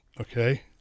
okay